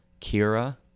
Kira